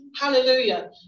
Hallelujah